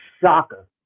shocker